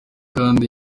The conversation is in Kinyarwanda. kandi